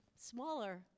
smaller